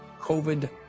COVID